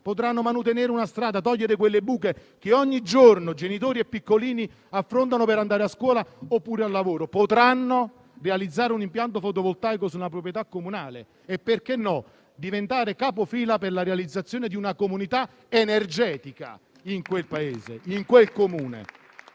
ciclabile; manutenere una strada o togliere quelle buche che ogni giorno i genitori e i piccolini affrontano per andare a scuola oppure al lavoro; potranno realizzare un impianto fotovoltaico su una proprietà comunale e - perché no? - diventare capofila per la realizzazione di una comunità energetica in quel Comune, con